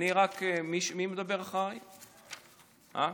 תודה רבה, אדוני.